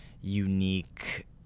unique